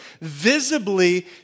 visibly